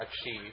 achieve